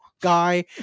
guy